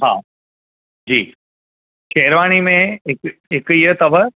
हा जी शेरवानी में हिकु हिकु इहो अथव